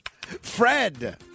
Fred